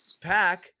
pack